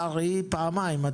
קרעי, פעמיים.